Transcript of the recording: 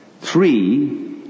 Three